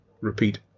repeat